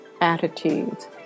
attitudes